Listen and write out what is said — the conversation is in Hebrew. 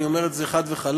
אני אומר את זה חד וחלק,